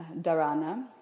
dharana